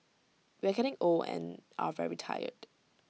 we are getting old and are very tired